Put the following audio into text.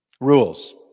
Rules